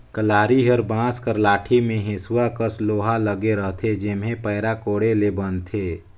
कलारी हर बांस कर लाठी मे हेसुवा कस लोहा लगे रहथे जेम्हे पैरा कोड़े ले बनथे